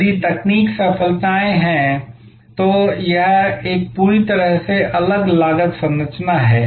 यदि तकनीकी सफलताएं हैं तो यह एक पूरी तरह से अलग लागत संरचना है